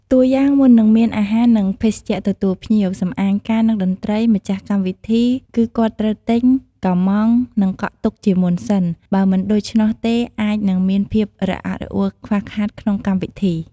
តួយ៉ាងមុននឹងមានអាហារនិង ភេសជ្ជៈទទួលភ្ញៀវ សំអាងការ និងតន្ត្រី ម្ចាស់កម្មវិធីគឺគាត់ត្រូវ ទិញ កម្មង់និងកក់ទុកជាមុនសិន បើមិនដូច្នោះទេអាចនឹងមានភាពរអាក់រអួលខ្វះខាតក្នុងកម្មវិធី។